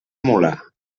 mula